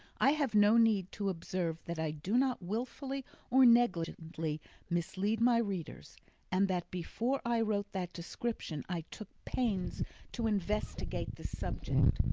i have no need to observe that i do not wilfully or negligently mislead my readers and that before i wrote that description i took pains to investigate the subject.